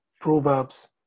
Proverbs